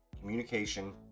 communication